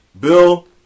Bill